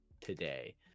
today